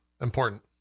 important